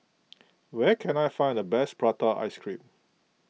where can I find the best Prata Ice Cream